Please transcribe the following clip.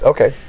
Okay